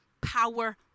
power